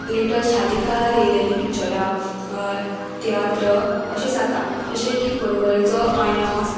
latest हालीं काळार येयलेलीं पिक्चरां तियात्र अशें जाता जशें की पर्वरीचो आयनॉक्स